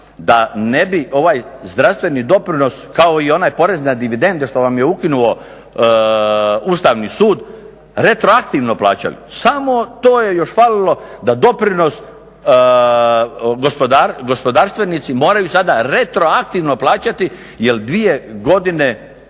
da ne bi ovaj zdravstveni doprinos kao i onaj porez na dividende što vam je ukinuo Ustavni sud retroaktivno plaćali. Samo to je još falilo da doprinos gospodarstvenici moraju sada retroaktivno plaćati jel dvije godine,